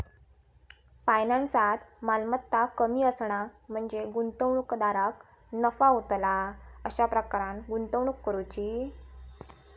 फायनान्सात, मालमत्ता कमी असणा म्हणजे गुंतवणूकदाराक नफा होतला अशा प्रकारान गुंतवणूक करुची